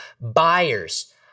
buyers